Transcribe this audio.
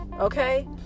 Okay